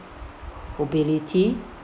mobility